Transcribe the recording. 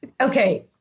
Okay